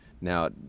now